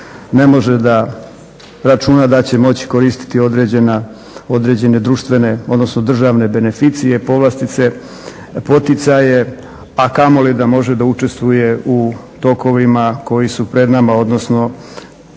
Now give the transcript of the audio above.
ne može da računa da će moći koristiti određene društvene odnosno državne beneficije, povlastice, poticaje, a kamoli da može da učestvuje u tokovima koji su pred nama odnosno